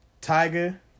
Tiger